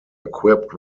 equipped